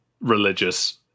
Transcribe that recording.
religious